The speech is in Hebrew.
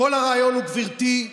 כל הרעיון הוא, גברתי,